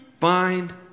find